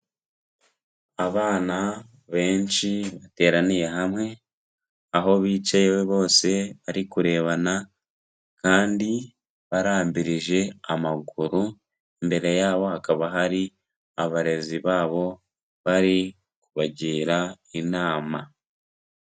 Abana benshi bateraniye hamwe aho bicaye bose bari kurebana kandi barambirije amaguru, imbere yabo hakaba hari abarezi babo bari kubagira inama.